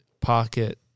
pocket